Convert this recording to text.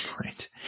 Right